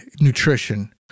nutrition